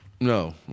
No